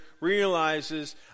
realizes